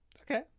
Okay